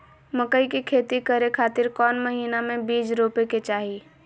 मकई के खेती करें खातिर कौन महीना में बीज रोपे के चाही?